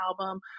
album